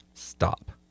Stop